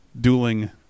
dueling